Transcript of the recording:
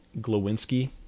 Glowinski